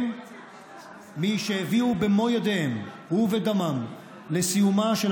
הם מי שהביאו במו ידיהם ובדמם לסיומה של